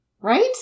Right